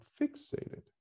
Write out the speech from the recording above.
fixated